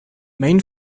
main